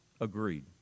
agreed